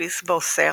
למדפיס באוסר,